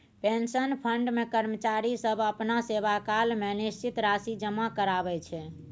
pension fund मे कर्मचारी सब अपना सेवाकाल मे निश्चित राशि जमा कराबै छै